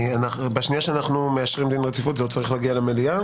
לאחר אישור דין הרציפות זה צריך להגיע למליאה?